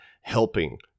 helping